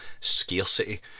scarcity